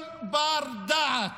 כל בר דעת